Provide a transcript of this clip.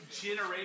generation